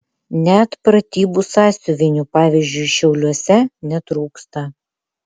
net pratybų sąsiuvinių pavyzdžiui šiauliuose netrūksta